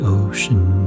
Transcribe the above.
ocean